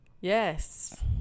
Yes